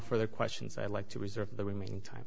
further questions i'd like to reserve the remaining time